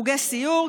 חוגי סיור,